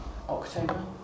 October